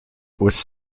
was